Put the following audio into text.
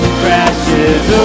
crashes